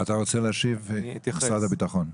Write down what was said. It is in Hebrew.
אני אתייחס.